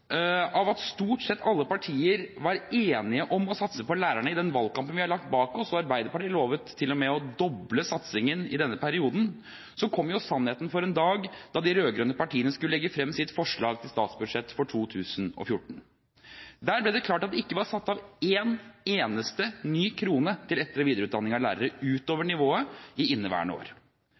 av at stort sett alle partier var enige om å satse på lærerne i den valgkampen vi har lagt bak oss – og Arbeiderpartiet lovte til og med å doble satsingen i denne perioden – kom sannheten for en dag da de rød-grønne partiene skulle legge frem sitt forslag til statsbudsjett for 2014. Der ble det klart at det ikke var satt av en eneste ny krone til etter- og videreutdanning av lærere utover nivået i inneværende år.